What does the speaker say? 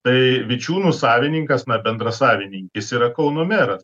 tai vičiūnų savininkas na bendrasavininkis yra kauno meras